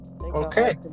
Okay